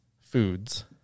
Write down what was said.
foods